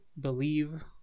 believe